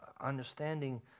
understanding